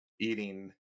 eating